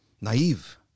naive